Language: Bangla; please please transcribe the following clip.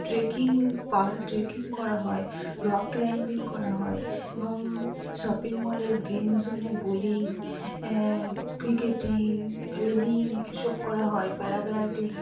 ট্রেকিং পাহাড়ে ট্রেকিং করা হয় রক ক্লাইম্বিং করা হয় এবং শপিং মলের গেমজনে বোলিং ক্রিকেটিং রেলিং এসব করা হয় প্যারাগ্লাইডিং